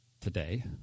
today